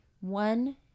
One